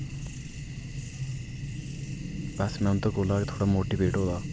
बस में उंदे कोला गै थोह्ड़ा मोटीबेट होआ